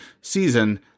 season